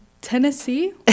Tennessee